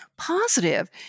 positive